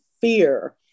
fear